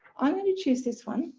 i'm going to choose this one,